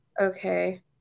Okay